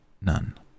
None